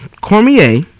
Cormier